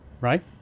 Right